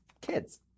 kids